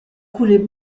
couler